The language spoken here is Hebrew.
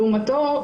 לעומתו,